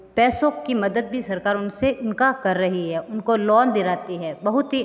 पैसों की मदद भी सरकार उन से उनका कर रही है उनको लोन दिलाती है बहुत ही